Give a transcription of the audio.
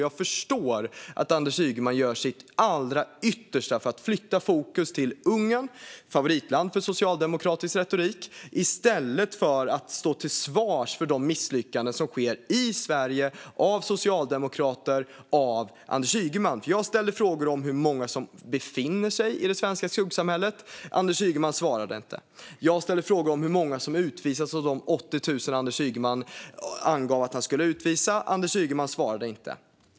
Jag förstår att Anders Ygeman gör sitt allra yttersta för att flytta fokus till Ungern - favoritland för socialdemokratisk retorik - i stället för att stå till svars för de misslyckanden som sker i Sverige av socialdemokrater och Anders Ygeman. Jag ställde frågor om hur många som befinner sig i det svenska skuggsamhället. Anders Ygeman svarade inte. Jag ställde frågor om hur många som utvisats av de 80 000 Anders Ygeman angav att han skulle utvisa. Anders Ygeman svarade inte.